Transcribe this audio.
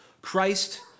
Christ